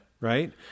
right